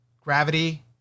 Gravity